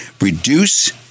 reduce